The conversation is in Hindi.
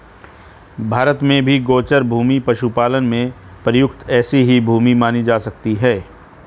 भारत में भी गोचर भूमि पशुपालन में प्रयुक्त ऐसी ही भूमि मानी जा सकती है